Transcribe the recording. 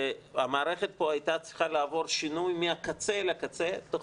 המערכת פה הייתה צריכה לעבור שינוי מהקצה אל הקצה תוך